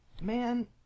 man